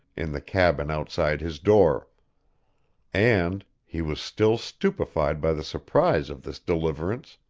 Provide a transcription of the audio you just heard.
in the cabin outside his door and he was still stupefied by the surprise of this deliverance